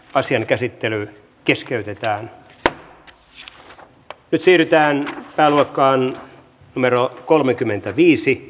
asian käsittely keskeytetään sillä siirrytään pääluokkaan numero kolmekymmentäviisi